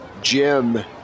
Jim